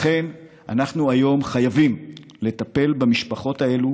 לכן, אנחנו היום חייבים לטפל במשפחות האלו